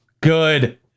Good